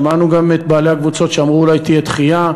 שמענו גם את בעלי הקבוצות שאמרו שאולי תהיה דחייה,